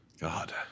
God